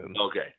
Okay